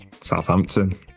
Southampton